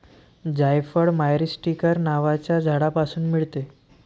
जायफळ मायरीस्टीकर नावाच्या झाडापासून मिळते